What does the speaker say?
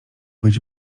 być